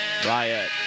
Riot